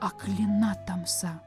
aklina tamsa